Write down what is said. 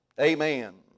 Amen